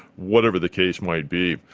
whatever the case might be.